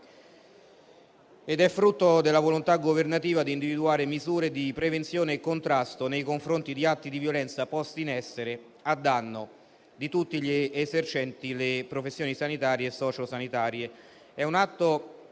ed è frutto della volontà governativa di individuare misure di prevenzione e contrasto nei confronti di atti di violenza posti in essere a danno di tutti gli esercenti le professioni sanitarie e socio-sanitarie.